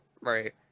right